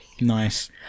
nice